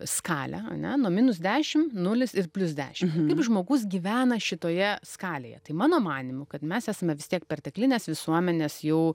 skalę ane nuo minus dešim nulis ir plius dešim kaip žmogus gyvena šitoje skalėje tai mano manymu kad mes esme vis tiek perteklinės visuomenės jau